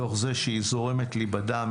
מתוך זה שהיא זורמת לי בדם,